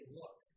look